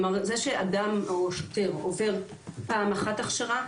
זה שאדם או שוטר עובר פעם אחת הכשרה,